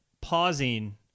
pausing